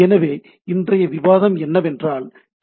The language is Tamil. எனவே இன்றைய விவாதம் என்னவென்றால் டி